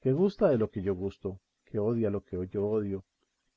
que gusta de lo que yo gusto que odia lo que yo odio